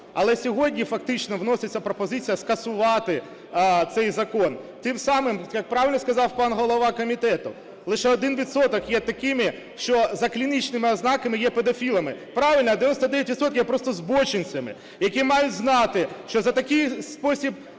Але сьогодні фактично вноситься пропозиція скасувати цей закон. Тим самим, як правильно сказав пан голова комітету, лише один відсоток є такими, що за клінічними ознаками є педофілами. Правильно, а 99 відсотків є просто збоченцями, які мають знати, що за такі